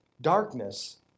darkness